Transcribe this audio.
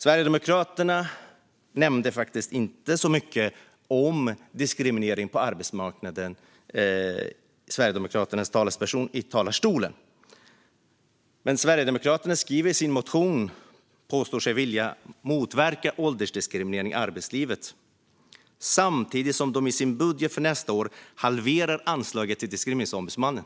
Sverigedemokraternas talesperson nämnde här i talarstolen inte så mycket om diskriminering på arbetsmarknaden, men i sin motion påstår sig Sverigedemokraterna vilja motverka åldersdiskriminering i arbetslivet. Samtidigt halverar de i sin budget för nästa år anslaget till Diskrimineringsombudsmannen.